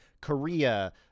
Korea